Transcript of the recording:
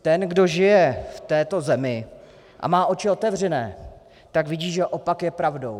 Ten, kdo žije v této zemi a má oči otevřené, vidí, že opak je pravdou.